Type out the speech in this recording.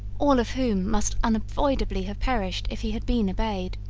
all of whom must unavoidably have perished if he had been obeyed.